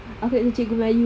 aku nak jadi cikgu melayu lah